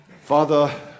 Father